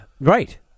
Right